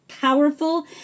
powerful